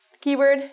Keyword